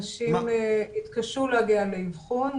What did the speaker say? אנשים התקשו להגיע לאבחון,